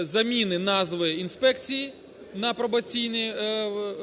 заміни назви інспекції на пробаційні органи.